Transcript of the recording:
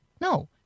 No